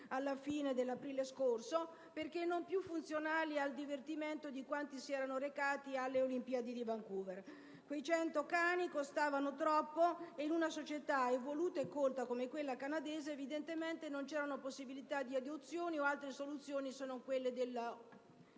alla fine dell'aprile scorso, perché non più funzionali al divertimento di quanti si erano recati alle Olimpiadi di Vancouver. Quei 100 cani costavano troppo e, in una società evoluta e colta come quella canadese, non c'erano possibilità di adozione o altre soluzioni se non quella